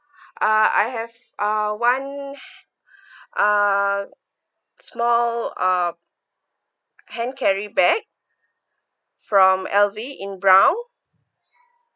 uh I have uh one uh small uh hand carry bag from L_V in brown